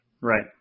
Right